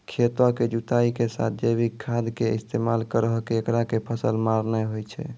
खेतों के जुताई के साथ जैविक खाद के इस्तेमाल करहो ऐकरा से फसल मार नैय होय छै?